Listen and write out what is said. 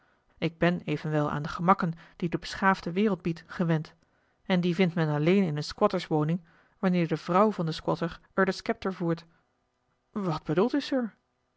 ik ben evenwel aan de gemakken die de beschaafde wereld biedt gewend en die vindt men alleen in eene squatterswoning wanneer de vrouw van den squatter er den schepter voert wat bedoelt u sir